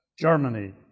Germany